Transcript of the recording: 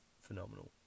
Phenomenal